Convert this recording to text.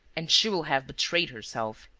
and she will have betrayed herself.